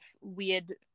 weird